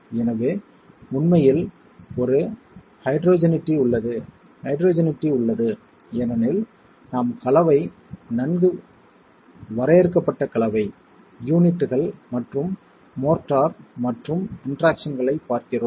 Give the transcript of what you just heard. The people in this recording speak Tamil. எனவே உண்மையில் ஒரு ஹெடெரோஜெனிட்டி உள்ளது ஹெடெரோஜெனிட்டி உள்ளது ஏனெனில் நாம் கலவை நன்கு வரையறுக்கப்பட்ட கலவை யூனிட்கள் மற்றும் மோர்ட்டார் மற்றும் இன்டெராக்சன்களைப் பார்க்கிறோம்